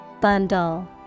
Bundle